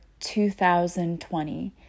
2020